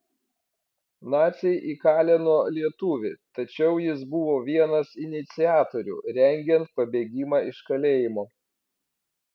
naciai įkalino lietuvį tačiau jis buvo vienas iniciatorių rengiant pabėgimą iš kalėjimo